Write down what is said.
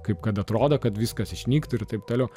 kaip kad atrodo kad viskas išnyktų ir taip toliau